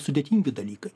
sudėtingi dalykai